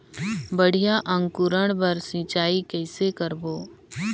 बढ़िया अंकुरण बर सिंचाई कइसे करबो?